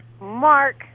Mark